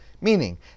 meaning